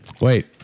Wait